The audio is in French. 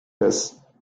classes